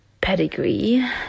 pedigree